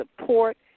support